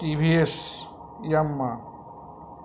TVS Yamaha